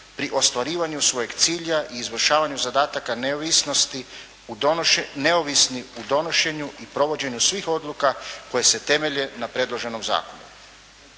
pri ostvarivanju svojeg cilja i izvršavanju zadataka neovisni u donošenju i provođenju svih odluka koje se temelje na predloženom zakonu.